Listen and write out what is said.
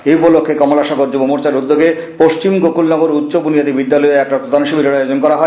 এই উপলক্ষে কমলাসাগর যুব মোর্চার উদ্যোগে পশ্চিম গোকুলনগর উষ্চ বুনিয়াদি বিদ্যালয় এক রক্তদান শিবিরের আয়োজন করা হয়